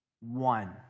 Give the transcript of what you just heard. one